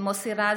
מוסי רז,